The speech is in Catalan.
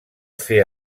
fer